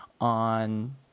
on